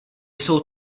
jsou